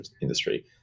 industry